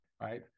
right